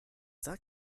that